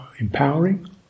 Empowering